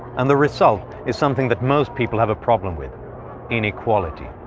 and the result is something that most people have a problem with inequality.